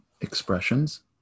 expressions